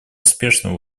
успешного